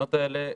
ההפגנות האלה,